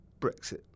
Brexit